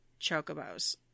chocobos